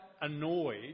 annoyed